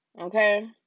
okay